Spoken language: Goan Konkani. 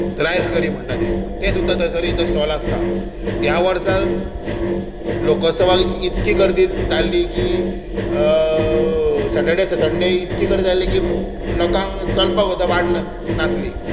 रायस करी म्हणटा तें तें सुद्दा थंयसर एक स्टॉल आसता ह्या वर्सा लोकोत्सवाक इतकी गर्दी जाल्ली की सॅटर्डी सनडे इतकी गर्दी जाल्ली की लोकांक चलपाक आतां वाट नासली